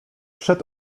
przed